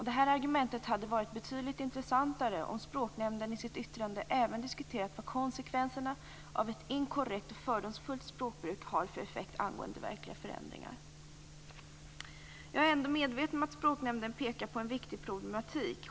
Det argumentet hade varit betydligt intressantare om Språknämnden i sitt yttrande även diskuterat vad konsekvenserna av ett inkorrekt fördomsfullt språkbruk har för effekt angående verkliga förändringar. Jag är ändå medveten om att Språknämnden pekar på ett viktigt problem.